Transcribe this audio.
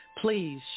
please